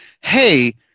hey